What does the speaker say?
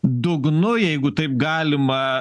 dugnu jeigu taip galima